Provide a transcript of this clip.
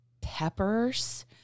peppers